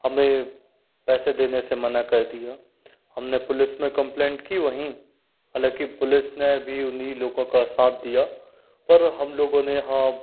हमें पैसे देने से मना कर दिया हमने पुलिस में कंप्लेंट की वहीं हालांकि पुलिस ने भी उन्हीं लोगों का साथ दिया पर हम लोगों ने हाँ